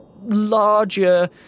larger